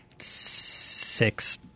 six